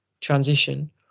transition